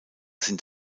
sind